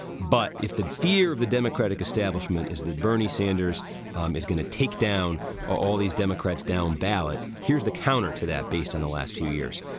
but if the fear of the democratic establishment is that bernie sanders um is going to take down all these democrats down ballot, here's the counter to that. based on the last few years,